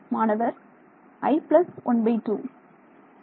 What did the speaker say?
மாணவர் i 12